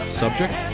subject